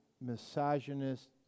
misogynist